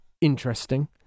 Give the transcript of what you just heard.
interesting